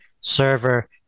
server